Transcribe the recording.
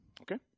Okay